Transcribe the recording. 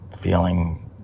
feeling